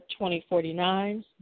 2049